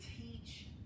teach